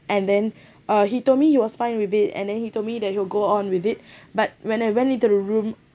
and then uh he told me you was fine with it and then he told me that you will go on with it but when I went into the room